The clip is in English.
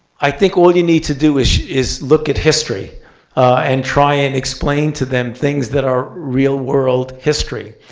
i think all you need to do is is look at history and try and explain to them things that are real-world history.